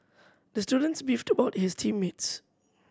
the student beefed about his team mates